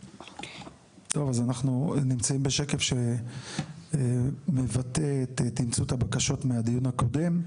אנחנו נמצאים בשקף שמבטא את תמצות הבקשות מהדיון הקודם.